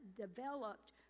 developed